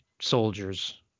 soldiers